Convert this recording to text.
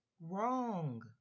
wrong